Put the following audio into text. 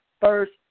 first